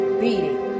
beating